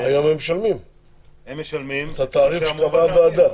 אבל היום הם משלמים את התעריף שקבעה הוועדה.